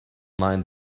mind